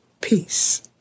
Peace